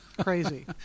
crazy